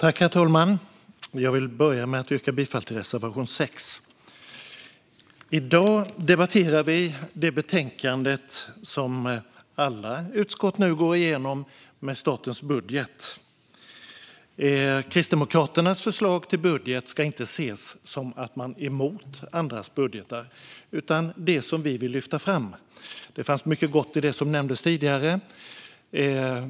Herr talman! Jag vill börja med att yrka bifall till reservation 3. I dag debatterar vi det betänkande med statens budget som alla utskott går igenom. Kristdemokraternas förslag till budget ska inte ses som att vi är emot andras budgetar utan som det som vi vill lyfta fram. Det fanns mycket gott i det som nämndes tidigare.